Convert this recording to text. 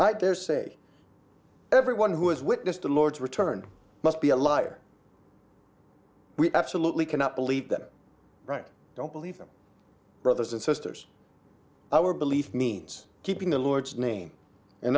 i dare say everyone who has witnessed the lord's return must be a liar we absolutely cannot believe that right don't believe them brothers and sisters our belief means keeping the lord's name and